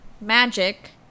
Magic